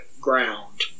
ground